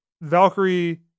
Valkyrie